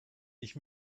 ich